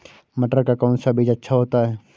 मटर का कौन सा बीज अच्छा होता हैं?